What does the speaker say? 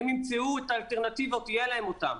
הם ימצאו את האלטרנטיבות ויהיה להם אותן,